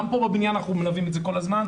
גם פה בבניין אנחנו מלווים את זה כל הזמן,